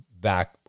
back